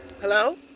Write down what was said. Hello